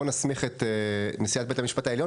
בואו נסמיך גם את נשיאת בית המשפט העליון